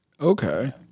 Okay